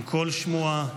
עם כל שמועה,